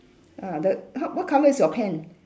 ah the h~ what colour is your pen